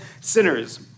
sinners